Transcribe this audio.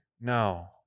No